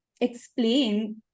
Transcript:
explain